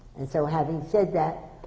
and so, having said that,